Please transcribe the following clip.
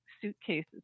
suitcases